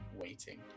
waiting